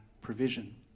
provision